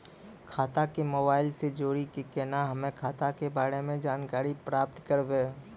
खाता के मोबाइल से जोड़ी के केना हम्मय खाता के बारे मे जानकारी प्राप्त करबे?